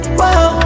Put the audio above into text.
whoa